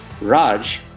Raj